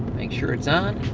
make sure it's on,